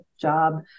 job